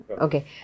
Okay